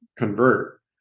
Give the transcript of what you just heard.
convert